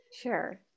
Sure